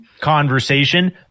conversation